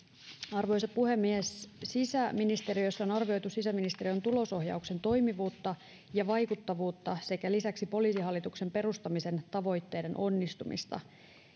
arvoisa puhemies sisäministeriössä on arvioitu sisäministeriön tulosohjauksen toimivuutta ja vaikuttavuutta sekä lisäksi poliisihallituksen perustamisen tavoitteiden onnistumista